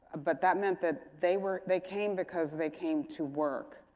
but that meant that they were they came because they came to work.